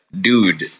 dude